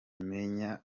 menya